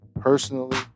personally